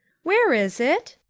where is it?